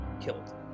killed